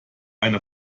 eine